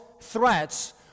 threats